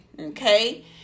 Okay